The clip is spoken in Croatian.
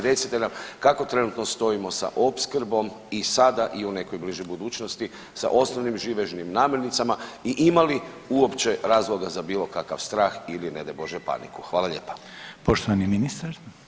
Recite nam kako trenutno stojimo sa opskrbom i sada i u nekoj bližoj budućnosti sa osnovnim živežnim namirnicama i ima li uopće razloga za bilo kakav strah ili ne daj Bože paniku.